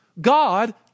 God